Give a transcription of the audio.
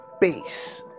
base